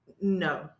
No